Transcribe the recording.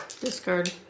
Discard